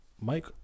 Mike